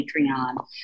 Patreon